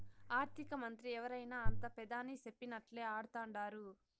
ఆర్థికమంత్రి ఎవరైనా అంతా పెదాని సెప్పినట్లా ఆడతండారు